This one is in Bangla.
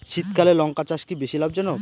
শীতকালে লঙ্কা চাষ কি বেশী লাভজনক?